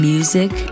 Music